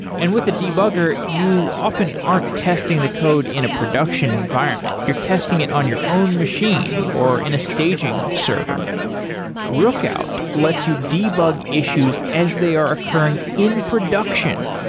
and with a debugger, you often aren't testing the code in a production environment you're testing it on your own machine, or in a staging server rookout lets you debug issues as they are occurring in production.